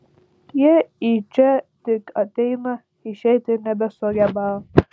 jie į čia tik ateina išeiti nebesugeba